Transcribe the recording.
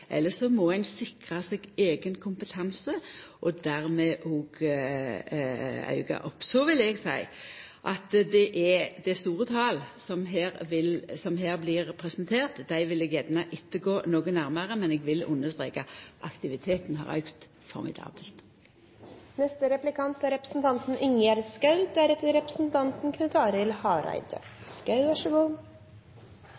eller så må ein sikra seg eigen kompetanse og dermed òg auka talet på tilsette. Så vil eg seia at det er store tal som her blir presenterte. Dei vil eg gjerne ettergå noko nærmare, men eg vil understreka at aktiviteten har